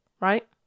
Right